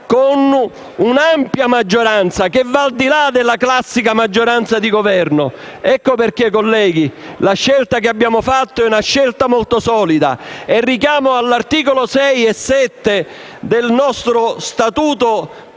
con un'ampia maggioranza, che va al di là della classica maggioranza di Governo. Ecco perché, colleghi, la scelta che abbiamo fatto è molto solida. Il richiamo agli articoli 6, 7 e 8 dello statuto della